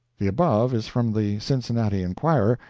the above is from the cincinnati enquirer,